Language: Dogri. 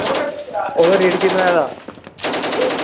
ओह्दा रेट केह् बनाए दा